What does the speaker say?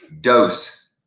Dose